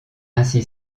ainsi